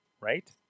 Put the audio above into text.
right